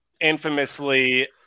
infamously